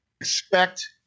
expect